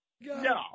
No